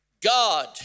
God